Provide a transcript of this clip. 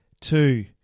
two